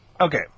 Okay